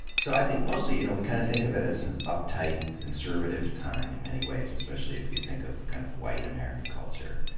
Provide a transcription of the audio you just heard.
so i think, mostly, you know we kind of think of it as an uptight, conservative time in most ways, especially if you think of kind of white american culture.